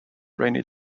rainy